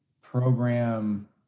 program